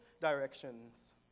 directions